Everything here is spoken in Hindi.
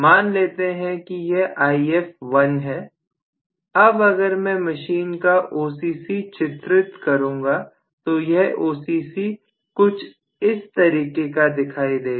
मान लेते हैं कि यह Ifl है अब अगर मैं मशीन का OCC चित्र करूंगा तो यह OCC कुछ इस तरीके का दिखाई देगा